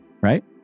right